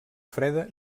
freda